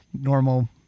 normal